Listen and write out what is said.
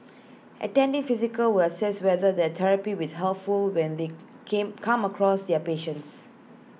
attending physical will assess whether that therapy with helpful when they came come across their patients